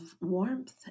warmth